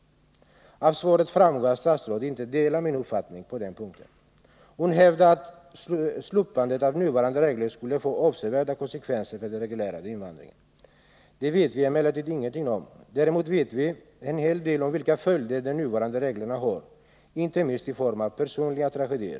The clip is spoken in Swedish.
Av svaret framgår att statsrådet inte delar min uppfattning på den punkten. Hon hävdar att ett slopande av nuvarande regler skulle få avsevärda konsekvenser för den reglerade invandringen. Det vet vi emellertid ingenting om, däremot vet vi en hel del om vilka följder de nuvarande reglerna har, inte minst i form av personliga tragedier.